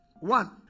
One